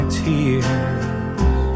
tears